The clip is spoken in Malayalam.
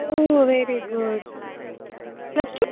oh very good plus two